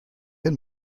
den